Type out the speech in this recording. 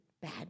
bad